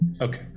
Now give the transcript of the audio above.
Okay